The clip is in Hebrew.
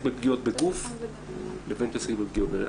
בפגיעות בגוף לבין אם אתה מתעסק בפגיעות בנפש.